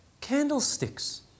candlesticks